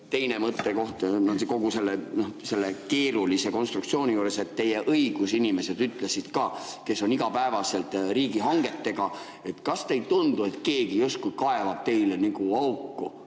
teine mõttekoht kogu selle keerulise konstruktsiooni juures, et teie õigusinimesed ütlesid ka, kes on igapäevaselt riigihangetega [seotud]. Kas teile ei tundu, et keegi justkui kaevab teile auku,